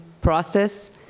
process